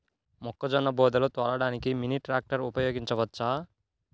మొక్కజొన్న బోదెలు తోలడానికి మినీ ట్రాక్టర్ ఉపయోగించవచ్చా?